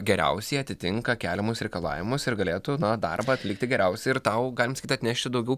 geriausiai atitinka keliamus reikalavimus ir galėtų na darbą atlikti geriausiai ir tau galim sakyti atnešti daugiau